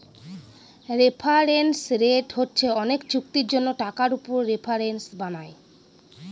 reference rate হচ্ছে অনেক চুক্তির জন্য টাকার উপর রেফারেন্স বানায়